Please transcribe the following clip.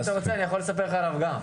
אם אתה רוצה אני יכול לספר לך עליו גם.